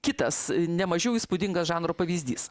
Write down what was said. kitas nemažiau įspūdingas žanro pavyzdys